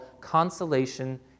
consolation